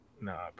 nah